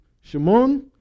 Shimon